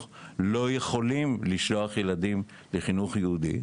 לא יכולים לשלוח ילדים לחינוך יהודי,